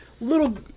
little